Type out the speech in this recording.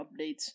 updates